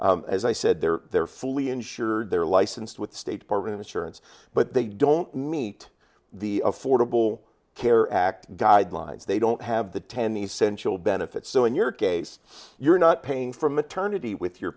as i said they're they're fully insured they're licensed with state department assurance but they don't meet the affordable care act guidelines they don't have the ten essential benefits so in your case you're not paying for maternity with your